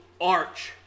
arch